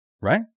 right